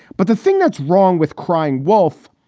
but the thing that's wrong with crying wolf,